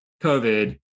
COVID